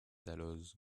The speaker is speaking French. dalloz